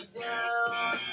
down